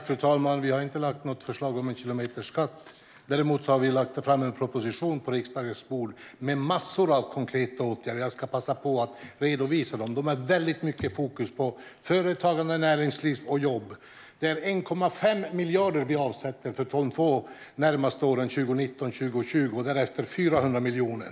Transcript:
Fru talman! Vi har inte lagt fram något förslag om en kilometerskatt. Däremot har vi lagt fram en proposition med massor av konkreta åtgärder. Jag ska passa på att redovisa dem. De har väldigt mycket fokus på företagande, näringsliv och jobb. Vi avsätter 1,5 miljarder för de två närmaste åren 2019 och 2020, och därefter är det 400 miljoner.